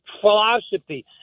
philosophy